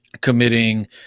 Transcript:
committing